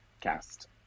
cast